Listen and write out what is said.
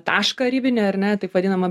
tašką ribinį ar ne taip vadinamą